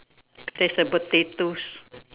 there's a potatoes